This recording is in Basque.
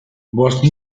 bost